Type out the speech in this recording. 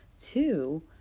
Two